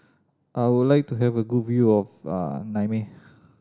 I would like to have a good view of Niamey